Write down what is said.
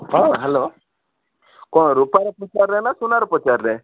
ହଁ ହ୍ୟାଲୋ କ'ଣ ରୂପାର ପଚାରିଲେ ନା ସୁନାର ପଚାରିଲେ